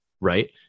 Right